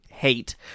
hate